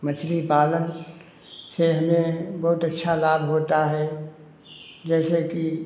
मछली पालन से हमें बहुत अच्छा लाभ होता है जैसे कि